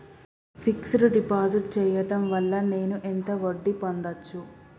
Fix డ్ deposit చేయటం వల్ల నేను ఎంత వడ్డీ పొందచ్చు?